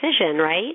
right